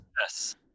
Yes